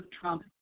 Trump